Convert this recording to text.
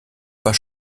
pas